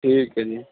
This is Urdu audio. ٹھیک ہے جی